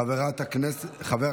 הינה,